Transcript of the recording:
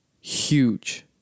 huge